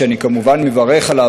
שאני כמובן מברך עליו,